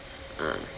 ah